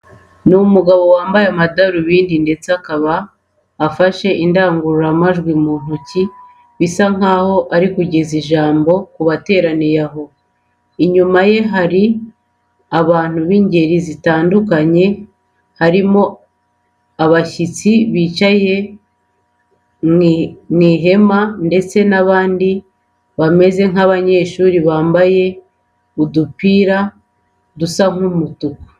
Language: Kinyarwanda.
Ni umugabo wambaye amadarubindi ndetse akaba afashe indangururamajwi mu ntoki, bisa nkaho ari kugeza ijambo ku bateraniye aho. Inyuma ye hari abantu b'ingeri zitandukanye harimo abashyitsi bicaye mu ihema ndetse n'abandi bameze nk'abanyeshuri bambaye udupira dusa umutuku.